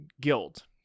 guilt